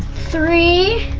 three,